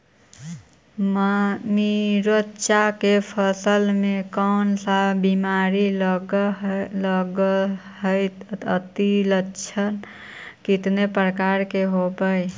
मीरचा के फसल मे कोन सा बीमारी लगहय, अती लक्षण कितने प्रकार के होब?